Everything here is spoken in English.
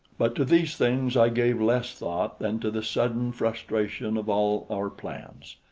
but to these things i gave less thought than to the sudden frustration of all our plans.